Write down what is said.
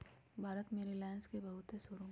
भारत में रिलाएंस के बहुते शोरूम हई